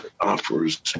offers